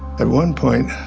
at one point,